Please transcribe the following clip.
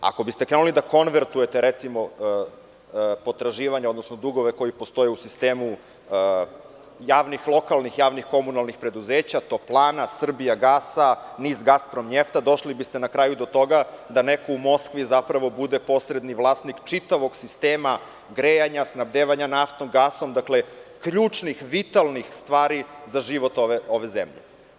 Ako biste krenuli da konvertujete potraživanja, odnosno dugove koji postoje u sistemu javnih lokalnih, javnih komunalnih preduzeća, toplana, „Srbijagasa“, NIS, „Gasprom njeft“, došli biste na k raju do toga da neko u Moskvi zapravo bude posredni vlasnik čitavog sistema grejanja, snabdevanja naftom, gasom, ključnih vitalnih stvari za život ove zemlje.